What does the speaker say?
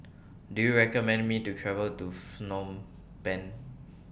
Do YOU recommend Me to travel to Phnom Penh